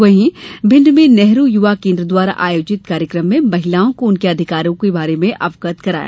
वहीं भिंड में नेहरू युवा केन्द्र द्वारा आयोजित कार्यक्रम महिलाओं को उनके अधिकारों को बारे अवगत कराया